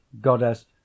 Goddess